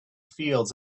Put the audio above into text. fields